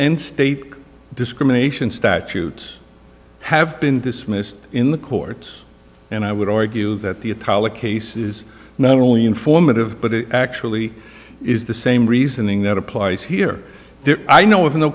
and state discrimination statutes have been dismissed in the courts and i would argue that the attala case is not only informative but it actually is the same reasoning that applies here i know